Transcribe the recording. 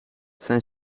zijn